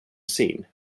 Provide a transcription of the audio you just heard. scene